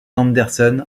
anderson